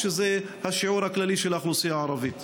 שזה השיעור הכללי של האוכלוסייה הערבית.